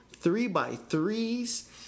three-by-threes